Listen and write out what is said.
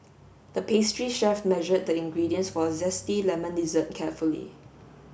the pastry chef measured the ingredients for a zesty lemon dessert carefully